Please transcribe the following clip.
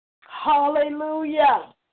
Hallelujah